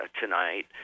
tonight